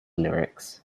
lyrics